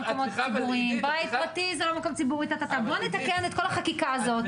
בואו נתקן את כל החקיקה הזאת,